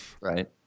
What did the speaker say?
Right